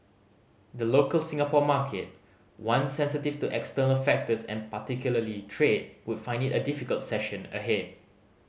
the local Singapore market one sensitive to external factors and particularly trade would find it a difficult session ahead